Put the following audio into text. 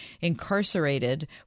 incarcerated